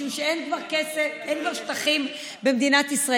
משום שכבר אין שטחים במדינת ישראל.